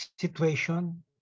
situation